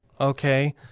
Okay